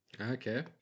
Okay